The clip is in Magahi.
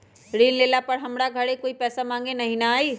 ऋण लेला पर हमरा घरे कोई पैसा मांगे नहीं न आई?